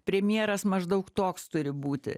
premjeras maždaug toks turi būti